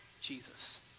Jesus